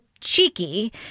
cheeky